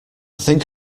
think